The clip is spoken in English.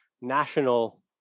national